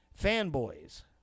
Fanboys